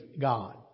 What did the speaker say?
God